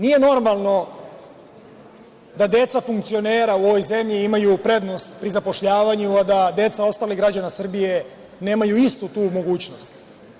Nije normalno da deca funkcionera u ovoj zemlji imaju prednost pri zapošljavanju, a da deca ostalih građana Srbije nemaju istu tu mogućnost.